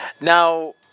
Now